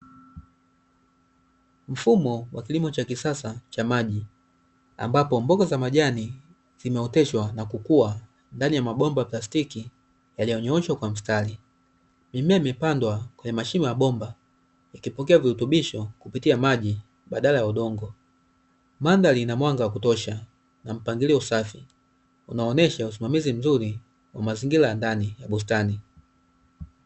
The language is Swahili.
Mfumo wa kilimo cha kisasa cha maji ambapo mboga za majani zimeoteshwa na kukua ndani ya mabomba ya plastiki yaliyonyooshwa kwa mstari. Mimea imepandwa kwenye mashimo ya bomba ikipokea virutubisho kupitia maji badala ya udongo. Mandhari ina mwanga wa kutosha na mpangilio safi, unaoonyesha usimamizi mzuri wa mazingira ya ndani ya bustani.